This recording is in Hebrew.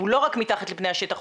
הוא לא רק מתחת לפני השטח,